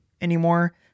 anymore